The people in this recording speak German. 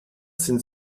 sind